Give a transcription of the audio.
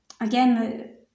again